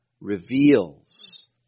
reveals